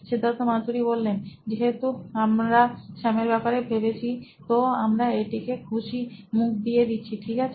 সিদ্ধার্থ মাতু রি C E O নোইন ইলেক্ট্রনিক্স যেহেতু আমরা স্যামের ব্যাপারে ভেবেছি তো আমরা এটিকে খুশি মুখ দিয়ে দিচ্ছি ঠিক আছে